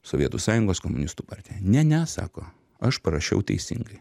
sovietų sąjungos komunistų partija ne ne sako aš parašiau teisingai